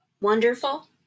Wonderful